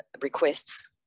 requests